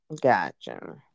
gotcha